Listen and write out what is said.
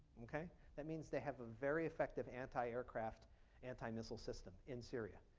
okay? that means they have a very effective antiaircraft antimissile system in syria.